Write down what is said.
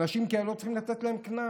לאנשים כאלה לא צריכים לתת קנס,